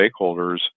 stakeholders